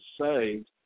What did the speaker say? saved